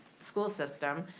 school system,